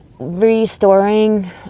restoring